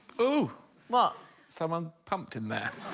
ooh what someone pumped in there